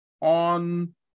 on